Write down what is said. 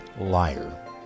liar